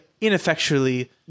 ineffectually